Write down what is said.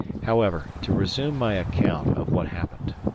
however, to resume my account of what happened.